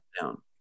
down